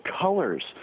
colors